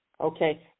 Okay